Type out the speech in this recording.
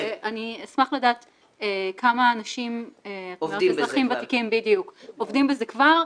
אני אשמח לדעת כמה אזרחים ותיקים עובדים בזה כבר,